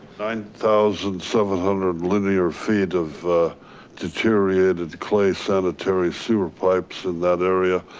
nine thousand seven hundred linear feet of deteriorated clay sanitary sewer pipes in that area.